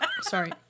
sorry